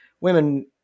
Women